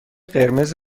قرمز